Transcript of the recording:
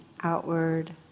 outward